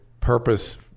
purpose